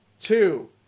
two